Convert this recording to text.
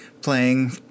playing